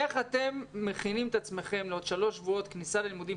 איך אתם מכינים את עצמכם פחות משלושה שבועות לכניסה ללימודים,